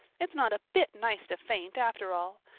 it's not a bit nice to faint, after all.